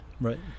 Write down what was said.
Right